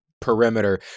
perimeter